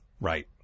Right